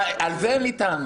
על זה אין לי טענות.